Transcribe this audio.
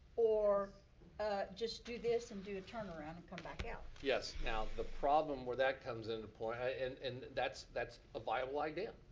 or just do this and do a turnaround and come back out. yes, now the problem where that comes into play, and and that's that's a viable idea,